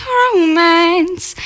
romance